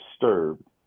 disturbed